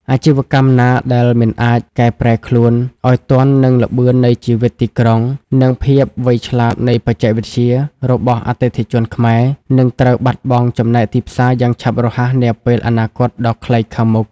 អាជីវកម្មណាដែលមិនអាចកែប្រែខ្លួនឱ្យទាន់នឹង "ល្បឿននៃជីវិតទីក្រុង" និង "ភាពវៃឆ្លាតនៃបច្ចេកវិទ្យា" របស់អតិថិជនខ្មែរ នឹងត្រូវបាត់បង់ចំណែកទីផ្សារយ៉ាងឆាប់រហ័សនាពេលអនាគតដ៏ខ្លីខាងមុខ។